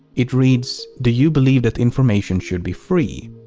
it reads do you believe that information should be free?